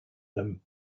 them